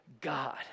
God